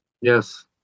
Yes